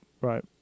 Right